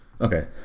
Okay